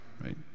right